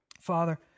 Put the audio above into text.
Father